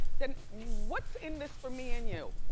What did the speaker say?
then what's in this for me and you?